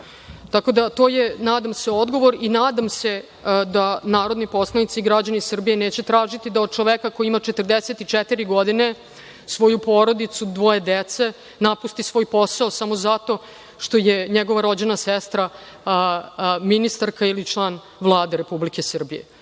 Tako da, to je, nadam se, odgovor. Nadam se da narodni poslanici i građani Srbije neće tražiti da od čoveka koji ima 44 godine, svoju porodicu, dvoje dece, napusti svoj posao samo zato što je njegova rođena sestra ministarka ili član Vlade Republike Srbije.